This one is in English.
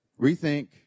rethink